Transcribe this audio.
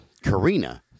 Karina